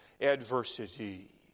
adversity